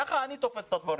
ככה אני תופס את הדברים.